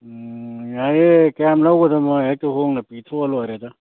ꯌꯥꯏꯌꯦ ꯀꯌꯥꯝ ꯂꯧꯒꯗꯃꯣ ꯍꯦꯛꯇ ꯍꯣꯡꯅ ꯄꯤꯊꯣꯛꯑ ꯂꯣꯏꯔꯦꯗ